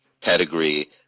pedigree